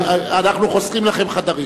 אנחנו חוסכים לכם חדרים.